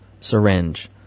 syringe